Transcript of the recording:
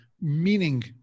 meaning